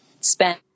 spend